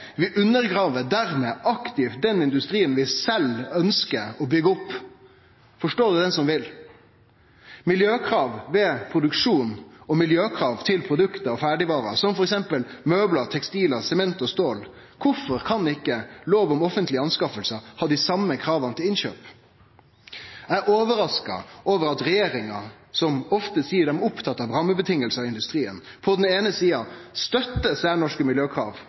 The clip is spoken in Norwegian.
Vi undergrev dermed aktivt den industrien vi sjølve ønskjer å byggje opp. Forstå det den som vil. Miljøkrav ved produksjon og miljøkrav til produkt og ferdigvarer, som f.eks. møblar, tekstilar, sement og stål: Kvifor kan ikkje lov om offentlege anskaffingar ha dei same krava til innkjøp? Eg er overraska over at regjeringa, som ofte seier dei er opptatt av rammekrava i industrien, på den eine sida støttar særnorske miljøkrav